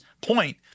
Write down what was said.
point